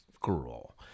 girl